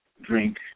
drink